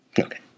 Okay